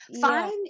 fine